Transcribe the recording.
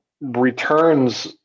returns